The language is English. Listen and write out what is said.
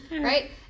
right